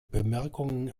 bemerkungen